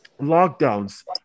lockdowns